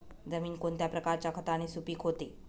जमीन कोणत्या प्रकारच्या खताने सुपिक होते?